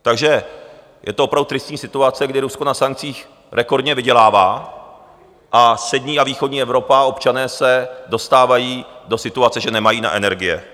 Takže je to opravdu tristní situace, kdy Rusko na sankcích rekordně vydělává a střední a východní Evropa, občané, se dostávají do situace, že nemají na energie.